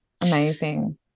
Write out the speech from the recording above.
amazing